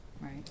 right